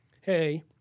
hey